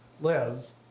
lives